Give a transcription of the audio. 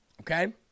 Okay